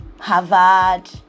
Harvard